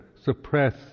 suppress